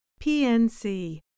PNC